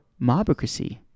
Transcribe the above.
mobocracy